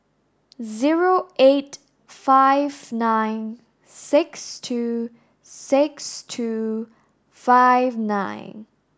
zero eight five nine six two six two five nine